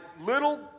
little